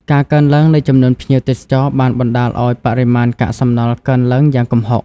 ការកើនឡើងនៃចំនួនភ្ញៀវទេសចរបានបណ្តាលឱ្យបរិមាណកាកសំណល់កើនឡើងយ៉ាងគំហុក។